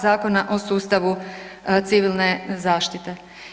Zakona o sustavu civilne zaštite.